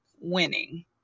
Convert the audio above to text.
winning